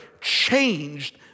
changed